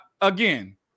again